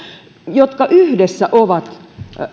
jotka yhdessä ovat